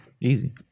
easy